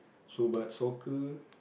so but soccer